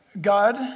God